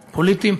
פוליטיים.